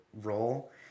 role